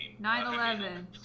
9-11